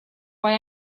why